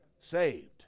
saved